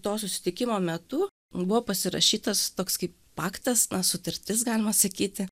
to susitikimo metu buvo pasirašytas toks kaip paktas sutartis galima sakyti